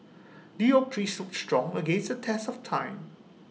the oak tree stood strong against the test of time